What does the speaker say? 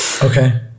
Okay